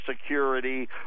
Security